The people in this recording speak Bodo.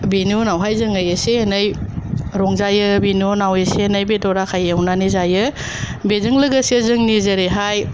बेनि उनावहाय जोङो एसे एनै रंजायो बेनि उनाव एसे बेदर आखाइ एवनानै जायो बेजों लोगोसे जोंनि जेरैहाय